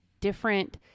different